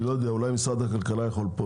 אולי משרד הכלכלה יכול לענות לזה.